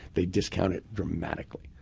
they discount it dramatically.